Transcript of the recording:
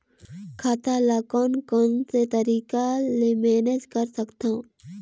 खाता ल कौन कौन से तरीका ले मैनेज कर सकथव?